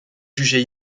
jugé